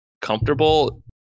comfortable